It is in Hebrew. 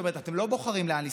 זאת אומרת אתם לא בוחרים לאן לנסוע.